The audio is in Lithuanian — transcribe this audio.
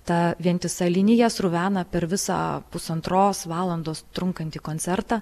ta vientisa linija sruvena per visą pusantros valandos trunkantį koncertą